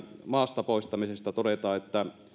maasta poistamisesta todetaan